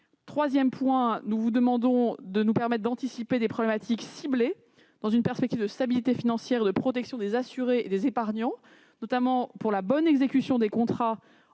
Troisième point, nous vous demandons de nous permettre d'anticiper des problématiques ciblées dans une perspective de stabilité financière et de protection des assurés et des épargnants, et pour la bonne exécution des contrats